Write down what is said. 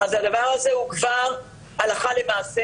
הדבר הזה הוא כבר הלכה למעשה.